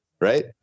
right